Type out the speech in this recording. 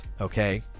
okay